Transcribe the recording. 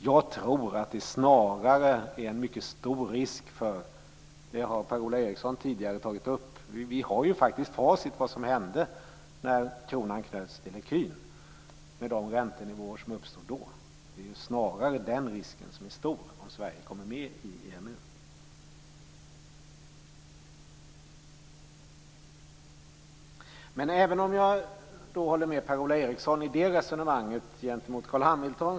Jag tror snarare att det är förenat med en stor risk - Per-Ola Eriksson tog tidigare upp det och vi har ju facit på vad som hände då kronan knöts till ecun, med de räntenivåer som då uppstår - om Sverige kommer med i EMU. Jag håller med Per-Ola Eriksson i det resonemanget gentemot Carl Hamilton.